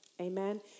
amen